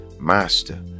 Master